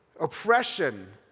oppression